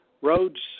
Roads